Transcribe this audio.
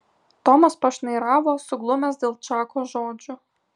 tomas pašnairavo suglumęs dėl čako žodžių